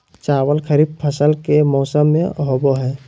चावल खरीफ फसल के मौसम में होबो हइ